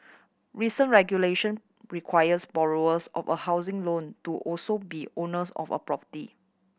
recent regulation requires borrowers of a housing loan to also be owners of a property